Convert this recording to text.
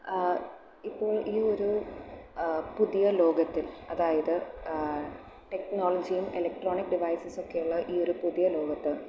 ഇപ്പോൾ ഈ ഒരു പുതിയ ലോകത്ത് അതായത് ടെക്നോളജിയും ഇലക്ട്രോണിക് ഡിവൈസസുമൊക്കെ ഉള്ള ഈ ഒരു പുതിയ ലോകത്ത്